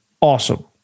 awesome